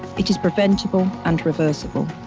it is preventable and reversible.